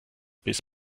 bis